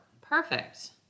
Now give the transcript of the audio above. Perfect